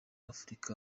afurika